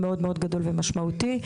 מאוד גדול ומשמעותי.